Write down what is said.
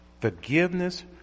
forgiveness